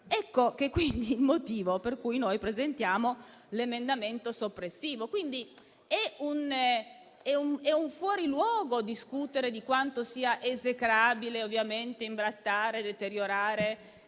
è il motivo per cui noi presentiamo l'emendamento soppressivo 1.1. È fuori luogo discutere di quanto sia esecrabile imbrattare o deteriorare